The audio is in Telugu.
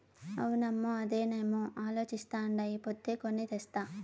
అవునమ్మో, అదేనేమో అలోచిస్తాండా ఈ పొద్దే కొని తెస్తా